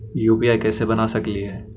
UPI कैसे बना सकली हे?